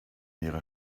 ihrer